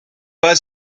pas